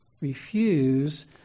refuse